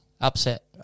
upset